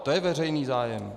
To je veřejný zájem.